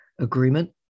agreement